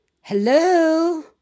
hello